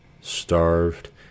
starved